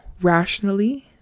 rationally